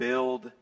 Build